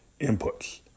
inputs